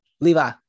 Levi